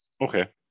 Okay